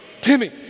Timmy